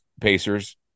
Pacers